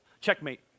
checkmate